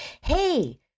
hey